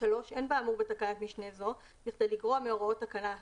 אין באמור בתקנת משנה זו בכדי לגרוע מהוראות תקנות